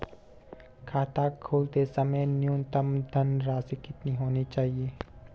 खाता खोलते समय न्यूनतम धनराशि कितनी होनी चाहिए?